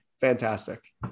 fantastic